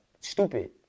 stupid